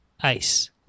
ice